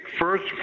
First